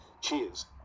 Cheers